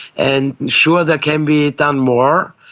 and sure, there can be done more.